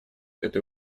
этой